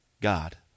God